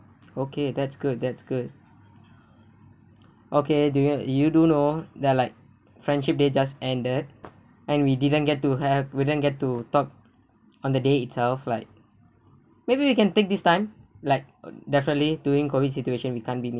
okay that's good that's good okay do you you do know they're like friendship day just ended and we didn't get to have wouldn't get to talk on the day itself like maybe we can take this time like definitely during COVID situation we can't be meet